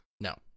No